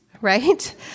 right